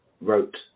wrote